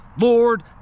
Lord